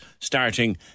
starting